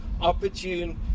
opportune